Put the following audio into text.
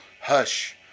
hush